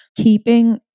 keeping